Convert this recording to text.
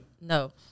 No